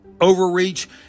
overreach